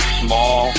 small